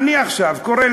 אני עכשיו קורא,